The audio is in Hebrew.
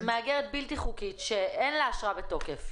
מהגרת בלתי חוקית שאין לה אשרה בתוקף,